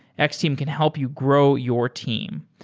x-team can help you grow your team.